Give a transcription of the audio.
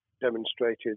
demonstrated